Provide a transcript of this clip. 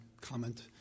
comment